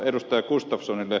toisaalta ed